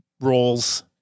roles